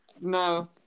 No